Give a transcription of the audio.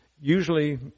usually